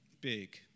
Big